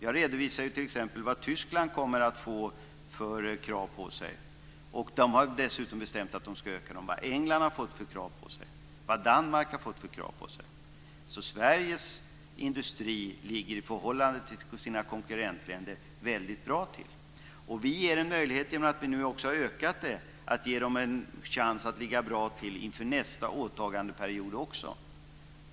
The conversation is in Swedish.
Jag redovisade t.ex. vilka krav Tyskland kommer att få - de har dessutom bestämt sig för att höja kraven - vilka krav England har fått och vilka krav Danmark har fått. Sveriges industri ligger alltså väldigt bra till i förhållande till sina konkurrentländers industrier. Vi ger en möjlighet, genom ökningen, att ligga bra till inför nästa åtagandeperiod också.